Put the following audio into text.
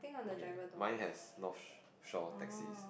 okay mine has North Shore taxis